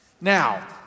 Now